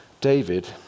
David